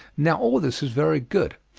now all this is very good.